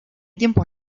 tiempos